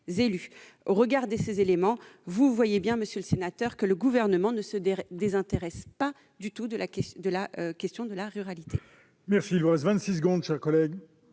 regard de ces éléments, vous voyez bien, monsieur le sénateur, que le Gouvernement ne se désintéresse pas du tout de la question de la ruralité.